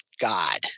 God